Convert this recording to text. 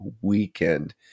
weekend